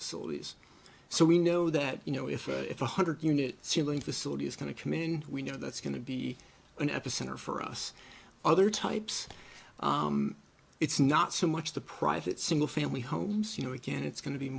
facilities so we know that you know if it's one hundred unit ceiling facility is going to come in we know that's going to be an epicenter for us other types it's not so much the private single family homes you know again it's going to be